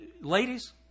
Ladies